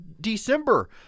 December